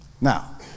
Now